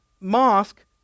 mosque